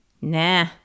Nah